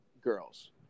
girls